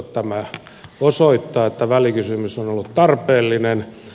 tämä osoittaa että välikysymys on ollut tarpeellinen